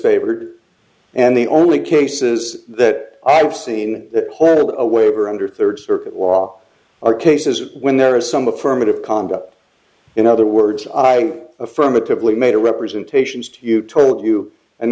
disfavored and the only cases that i've seen that waiver under third circuit law are cases when there is some affirmative conduct in other words i affirmatively made a representations to you took you and